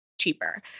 cheaper